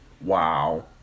Wow